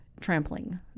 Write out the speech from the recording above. trampling